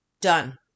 done